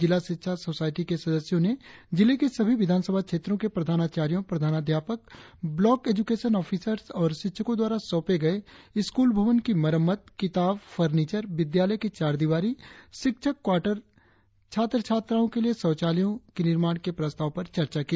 जिला शिक्षा सोसायटी के सदस्यों ने जिले के सभी विधान सभा क्षेत्रों के प्रधानाचार्यों प्रधानाध्यापक ब्लॉक एजूकेशन ऑफिसर्स और शिक्षकों द्वारा सौंपे गए स्कूल भवन की मरम्मत किताब फर्निचर विद्यालय की चार दीवारी शिक्षक क्वार्टर छात्र छात्राओं के लिए शौचालयों की निर्माण के प्रस्तावों पर चर्चा की